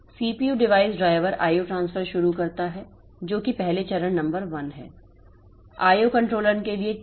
CPU device driver IO transfer शुरू करता है जो कि पहले चरण नंबर 1 है